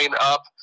up